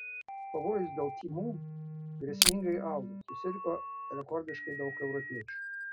pavojus dėl tymų grėsmingai auga susirgo rekordiškai daug europiečių